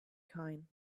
kine